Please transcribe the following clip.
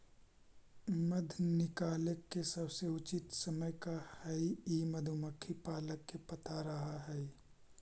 मध निकाले के सबसे उचित समय का हई ई मधुमक्खी पालक के पता रह हई